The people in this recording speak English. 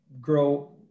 grow